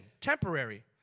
Temporary